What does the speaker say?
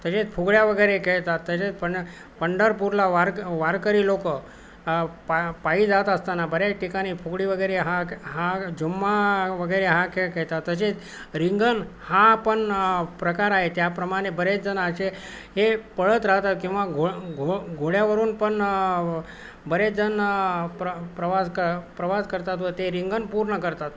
तसेच फुगड्या वगैरे खेळतात तसेच पंड पंढरपूरला वारक वारकरी लोक पा पायी जात असताना बऱ्याच ठिकाणी फुगडी वगैरे हा हा झुम्मा वगैरे हा खेळ खेळतात तसेच रिंगण हा पण प्रकार आहे त्याप्रमाणे बरेच जण असे हे पळत राहतात किंवा घो घो घोड्यावरून पण बरेच जण प्र प्रवास क प्रवास करतात व ते रिंगण पूर्ण करतात